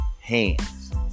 hands